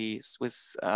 Swiss